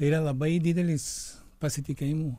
yra labai didelis pasitikėjimo